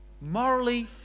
morally